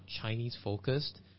Chinese-focused